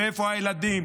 ואיפה הילדים,